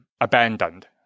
abandoned